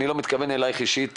אני לא מתכוון אלייך אישית,